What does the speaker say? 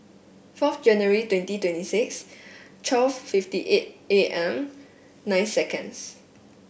four January twenty twenty six twelve fifty eight A M nine seconds